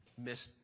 miss